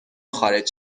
خارج